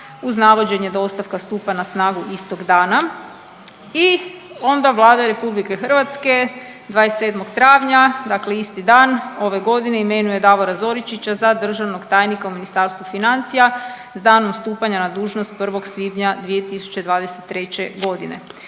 uz navođenje da ostavka stupa na snagu istog dana. I onda Vlada RH 27. travnja dakle isti dan ove godine imenuje Davora Zoričića za državnog tajnika u Ministarstvu financija s danom stupanja na dužnost 1. svibnja 2023. godine.